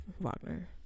Wagner